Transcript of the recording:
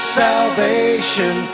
salvation